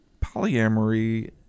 polyamory